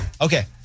Okay